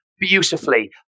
beautifully